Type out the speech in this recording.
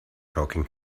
talking